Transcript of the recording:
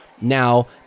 now